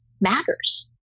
matters